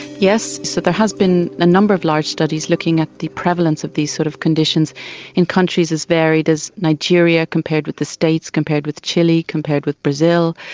yes. so there has a ah number of large studies looking at the prevalence of these sort of conditions in countries as varied as nigeria compared with the states compared with chile compared with brazil.